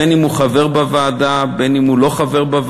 בין אם הוא חבר בוועדה, בין אם הוא לא חבר בוועדה.